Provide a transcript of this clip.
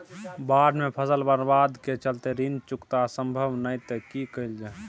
बाढि में फसल बर्बाद के चलते ऋण चुकता सम्भव नय त की कैल जा?